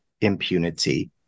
impunity